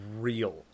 real